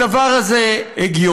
הדבר הזה הגיוני,